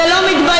אתה לא מתבייש.